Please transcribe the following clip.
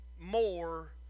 more